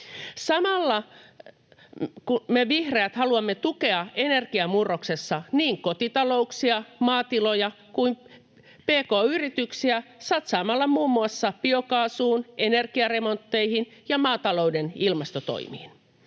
Samalla me vihreät haluamme tukea energiamurroksessa niin kotitalouksia, maatiloja kuin pk-yrityksiä satsaamalla muun muassa biokaasuun, energiaremontteihin ja maatalouden ilmastotoimiin.